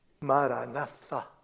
Maranatha